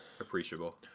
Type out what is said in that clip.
Appreciable